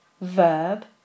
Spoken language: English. verb